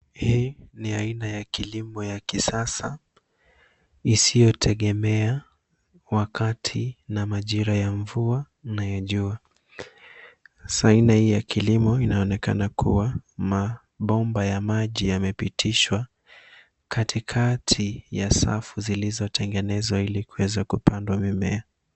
Hii ni aina ya kilimo ya kisasa isiyotegemea wakati na majira ya mvua na ya jua. Hasa aina hii ya kilimo inaonekana kuwa mabomba ya maji yamepitishwa katikati ya safu zilizotengenezwa ili kuweza kupandwa mimea.